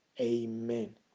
Amen